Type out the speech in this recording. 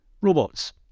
robots